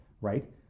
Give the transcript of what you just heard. right